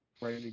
Right